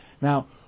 Now